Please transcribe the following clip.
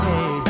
Hey